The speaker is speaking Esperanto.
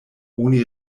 oni